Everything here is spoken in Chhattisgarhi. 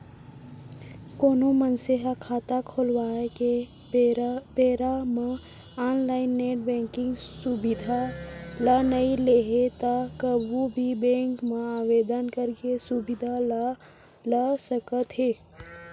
कोनो मनसे ह खाता खोलवाए के बेरा म ऑनलाइन नेट बेंकिंग सुबिधा ल नइ लेहे त कभू भी बेंक म आवेदन करके सुबिधा ल ल सकत हे